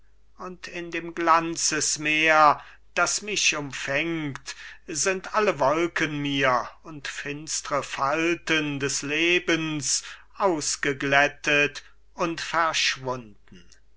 und in dem glanzesmeer das mich umfängt sind alle wolken mir und finstre falten des lebens ausgeglättet und verschwunden